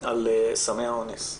על סמי אונס.